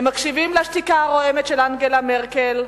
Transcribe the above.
הם מקשיבים לשתיקה הרועמת של אנגלה מרקל,